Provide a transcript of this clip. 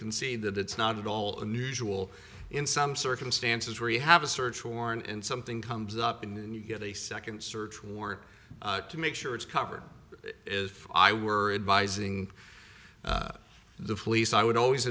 can see that it's not at all unusual in some circumstances where you have a search warrant and something comes up and you get a second search warrant to make sure it's covered is i word by zing the police i would always